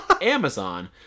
Amazon